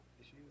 issues